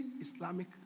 Islamic